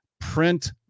print